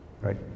right